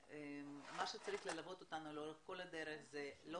מה שצריך ללוות אותנו לאורך כל הדרך זה לא